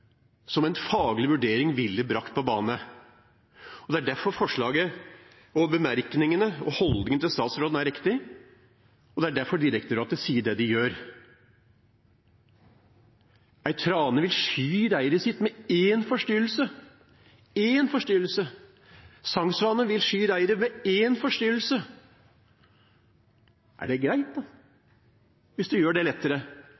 som en faglig vurdering ville brakt på bane. Det er derfor forslaget, bemerkningene og holdningene til statsråden er riktig, og det er derfor direktoratet sier det de gjør. En trane vil sky reiret sitt etter én forstyrrelse – én forstyrrelse. Sangsvanene vil sky reiret etter én forstyrrelse. Er det greit hvis det gjør det lettere?